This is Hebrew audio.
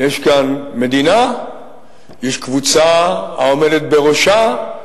יש כאן מדינה ויש קבוצה העומדת בראשה,